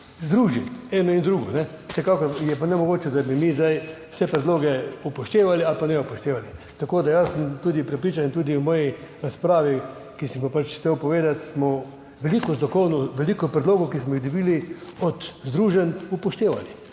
združiti eno in drugo. Vsekakor je pa nemogoče, da bi mi zdaj vse predloge upoštevali ali pa ne upoštevali. Tako sem tudi prepričan, tudi v svoji razpravi, ki sem jo pač hotel povedati, da smo veliko zakonov, veliko predlogov, ki smo jih dobili od združenj, upoštevali.